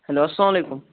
hello اَلسلام علیکُم